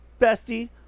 bestie